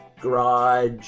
garage